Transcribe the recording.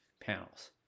panels